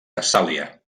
tessàlia